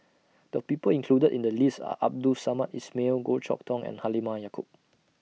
The People included in The list Are Abdul Samad Ismail Goh Chok Tong and Halimah Yacob